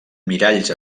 miralls